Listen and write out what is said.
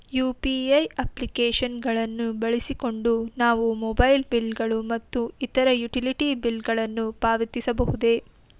UPI application ಗಳನ್ನು ಬಳಸಿಕೊಂಡು ನಾವು ಮೊಬೈಲ್ ಬಿಲ್ ಗಳು ಮತ್ತು ಇತರ ಯುಟಿಲಿಟಿ ಬಿಲ್ ಗಳನ್ನು ಪಾವತಿಸಬಹುದು